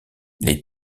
les